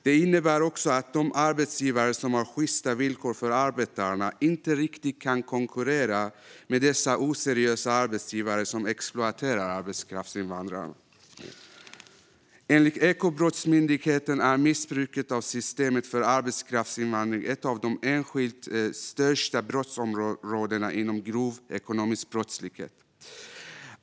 Det innebär också att de arbetsgivare som har sjysta villkor för arbetarna inte riktigt kan konkurrera med dessa oseriösa arbetsgivare som exploaterar arbetskraftsinvandrarna. Enligt Ekobrottsmyndigheten är missbruket av systemet för arbetskraftsinvandring ett av de enskilt största brottsområdena inom grov ekonomisk brottslighet.